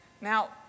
Now